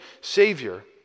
Savior